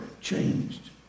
changed